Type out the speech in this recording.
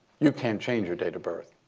you can't change your date of birth.